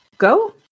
go